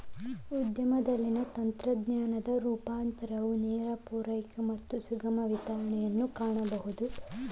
ಉದ್ಯಮದಲ್ಲಿನ ತಂತ್ರಜ್ಞಾನದ ರೂಪಾಂತರವು ನೇರ ಪೂರೈಕೆ ಮತ್ತು ಸುಗಮ ವಿತರಣೆಯನ್ನು ಖಚಿತಪಡಿಸುತ್ತದೆ